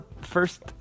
first